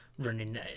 running